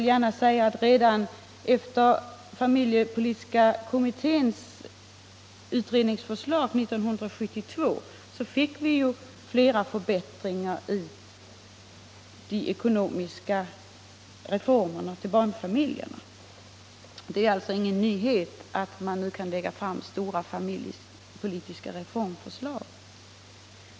Redan efter det att familjepolitiska kommittén kom med sitt utredningsförslag 1972 fick vi ju flera förbättringar i det ekonomiska stödet till barnfamiljerna. Det är alltså ingen" nyhet att ett parti nu kan lägga fram stora familjepolitiska reformförslag.